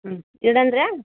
ಹ್ಞೂ ಇಡನ್ರಾ